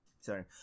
Sorry